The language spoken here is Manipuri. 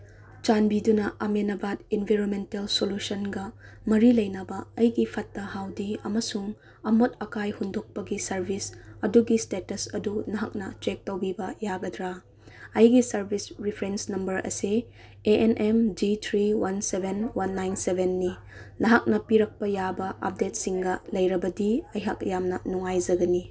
ꯆꯥꯟꯕꯤꯗꯨꯅ ꯑꯃꯦꯗꯕꯥꯠ ꯏꯟꯚꯥꯏꯔꯣꯃꯦꯟꯇꯦꯜ ꯁꯣꯂꯨꯁꯟꯒ ꯃꯔꯤ ꯂꯩꯅꯕ ꯑꯩꯒꯤ ꯐꯠꯇ ꯍꯥꯎꯗꯤ ꯑꯃꯁꯨꯡ ꯑꯃꯣꯠ ꯑꯀꯥꯏ ꯍꯨꯟꯇꯣꯛꯄꯒꯤ ꯁꯔꯚꯤꯁ ꯑꯗꯨꯒꯤ ꯏꯁꯇꯦꯇꯁ ꯑꯗꯨ ꯅꯍꯥꯛꯅ ꯆꯦꯛ ꯇꯧꯕꯤꯕ ꯌꯥꯒꯗ꯭ꯔꯥ ꯑꯩꯒꯤ ꯁꯔꯚꯤꯁ ꯔꯤꯐ꯭ꯔꯦꯟꯁ ꯅꯝꯕꯔ ꯑꯁꯤ A N M G three one seven one nine ꯁꯕꯦꯟꯅꯤ ꯅꯍꯥꯛꯅ ꯄꯤꯔꯛꯄ ꯌꯥꯕ ꯑꯞꯗꯦꯠꯁꯤꯡꯒ ꯂꯩꯔꯕꯗꯤ ꯑꯩꯍꯥꯛ ꯌꯥꯝꯅ ꯅꯨꯡꯉꯥꯏꯖꯒꯅꯤ